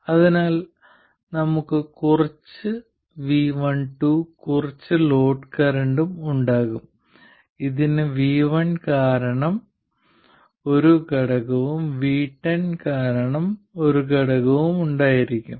അതിനാൽ ഇപ്പോൾ നമുക്ക് കുറച്ച് vo കുറച്ച് ലോഡ് കറന്റും ഉണ്ടാകും ഇതിന് vi കാരണം ഒരു ഘടകവും v10 കാരണം ഒരു ഘടകവും ഉണ്ടായിരിക്കും